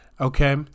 Okay